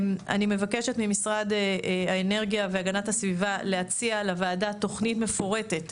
אני מבקשת ממשרד האנרגיה והגנת הסביבה להציע לוועדה תוכנית מפורטת,